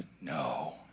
No